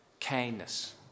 kindness